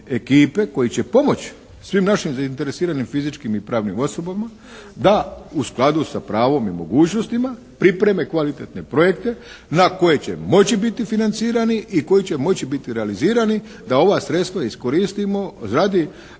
ekipe koje će pomoći svim našim zainteresiranim fizičkim i pravnim osobama da u skladu sa pravom i mogućnostima pripreme kvalitetne projekte na koje će moći biti financirani i koji će moći biti realizirani da ova sredstva iskoristimo radi